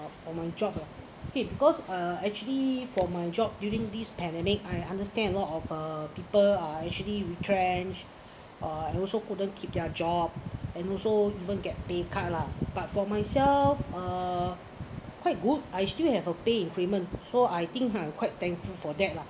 for my job lah okay because uh actually for my job during this pandemic I understand a lot of uh people are actually retrenched uh and also couldn't keep their job and also even get pay cut lah but for myself uh quite good I still have a pay increment so I think ha quite thankful for that lah